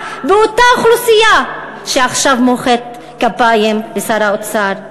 באותה אוכלוסייה שעכשיו מוחאת כפיים לשר האוצר.